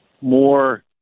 more